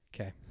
Okay